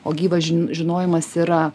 o gyvas žin žinojimas yra